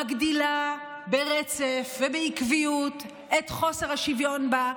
מגדילה ברצף ובעקביות את חוסר השוויון בה,